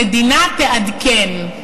המדינה תעדכן.